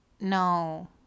No